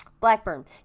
Blackburn